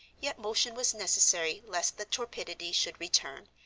yet motion was necessary lest the torpidity should return,